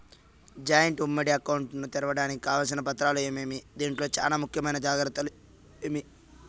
Joint ఉమ్మడి account ను తెరవడానికి కావాల్సిన పత్రాలు ఏమేమి? దీంట్లో చానా ముఖ్యమైన జాగ్రత్తలు ఏమి?